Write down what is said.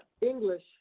English